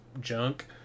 junk